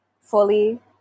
fully